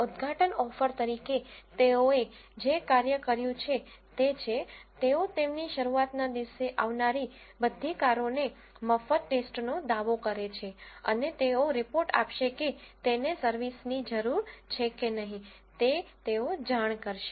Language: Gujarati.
ઉદ્ઘાટન ઓફર તરીકે તેઓએ જે કર્યું છે તે છે તેઓ તેમની શરૂઆતના દિવસે આવનારી બધી કારોને મફત ટેસ્ટનો દાવો કરે છે અને તેઓ રીપોર્ટ આપશે કે તેને સર્વિસની જરૂર છે કે નહીં તે તેઓ જાણ કરશે